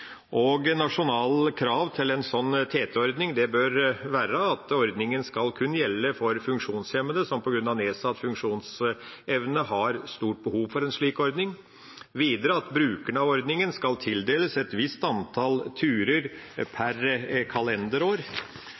en nasjonal finansieringsordning. Nasjonale krav til en slik TT-ordning bør være at ordninga kun skal gjelde for funksjonshemmede som på grunn av nedsatt funksjonsevne har stort behov for en slik ordning, at brukerne av ordninga skal tildeles et visst antall turer per kalenderår,